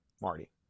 Marty